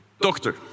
Doctor